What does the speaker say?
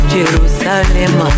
Jerusalem